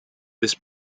this